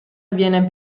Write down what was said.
avviene